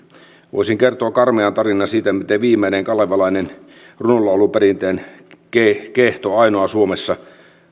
voisin kertoa karmean tarinan siitä miten viimeinen kalevalainen runonlauluperinteen kehto kehto ainoa suomessa